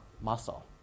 muscle